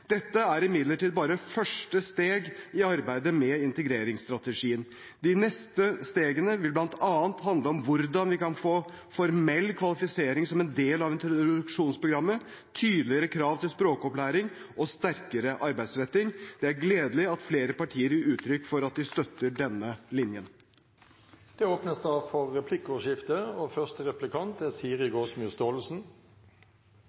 Dette er imidlertid bare første steg i arbeidet med integreringsstrategien. De neste stegene vil bl.a. handle om hvordan vi kan få formell kvalifisering som en del av introduksjonsprogrammet, tydeligere krav til språkopplæring og en sterkere arbeidsretting. Det er gledelig at flere partier gir uttrykk for at de støtter denne linjen. Det blir replikkordskifte. Ja, det skulle bare mangle at ikke vi støttet dette. Det er